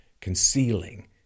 concealing